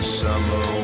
summer